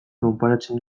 konparatzen